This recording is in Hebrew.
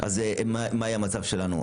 אז מה יהיה המצב שלנו?